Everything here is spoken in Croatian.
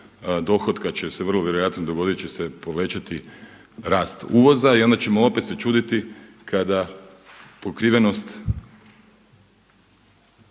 dohotka će se vrlo vjerojatno dogoditi povećati rast uvoza i onda ćemo opet sačuvati kada pokrivenost